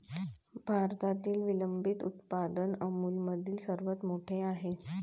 भारतातील विलंबित उत्पादन अमूलमधील सर्वात मोठे आहे